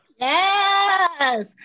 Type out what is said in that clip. Yes